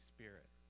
Spirit